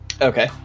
Okay